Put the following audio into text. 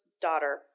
daughter